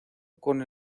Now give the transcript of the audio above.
con